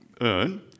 earn